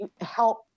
help